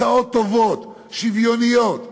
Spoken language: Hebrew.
הצעות טובות, שוויוניות.